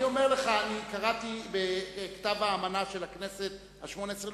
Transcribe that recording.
קראתי בכתב האמנה של הכנסת השמונה-עשרה,